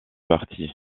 parties